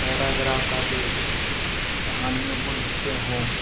paragraph काफ़ी कहानियों को लिखते हैं